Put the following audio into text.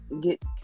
get